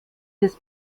des